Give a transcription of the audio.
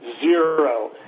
zero